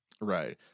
right